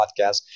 podcast